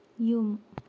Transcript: ꯌꯨꯝ